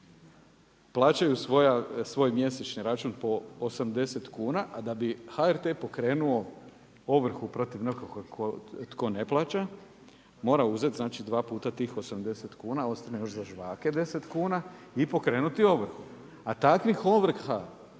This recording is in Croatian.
plaćaju svoj mjesečni račun po 80 kuna, a da bi HRT pokrenuo ovrhu protiv nekog tko ne plaća mora uzeti dva puta tih 80 kuna, ostaje još za žvake 10 kuna i pokrenuti ovrhu. A takvih ovrha